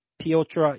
Piotr